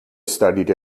studied